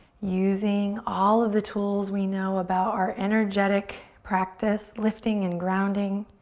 using all of the tools we know about our energetic practice lifting and grounding.